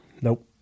Nope